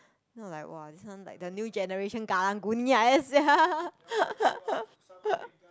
not like !wah! this one like the new generation Karang-Guni like that sia